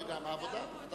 גם וגם, בוודאי.